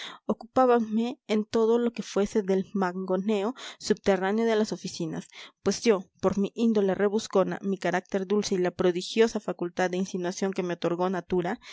más ocupábanme en todo lo que fuese del mangoneo subterráneo de las oficinas pues yo por mi índole rebuscona mi carácter dulce y la prodigiosa facultad de insinuación que me otorgó natura